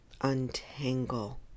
untangle